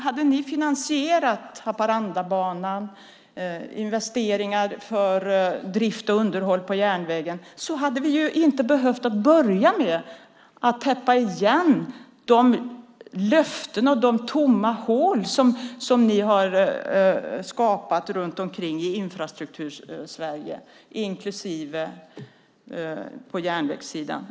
Hade ni finansierat Haparandabanan och investeringarna för drift och underhåll på järnvägen hade vi inte behövt börja med att täppa igen de löften och tomma hål som ni har skapat runt omkring i Infrastruktursverige, inklusive järnvägssidan.